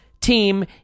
team